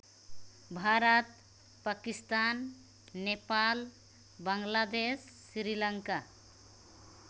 Bharat Pakistan Nepal Bangladesh Sri Lanka